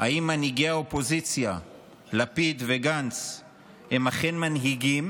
אם מנהיגי האופוזיציה לפיד וגנץ הם אכן מנהיגים,